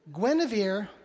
Guinevere